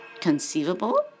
conceivable